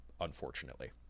unfortunately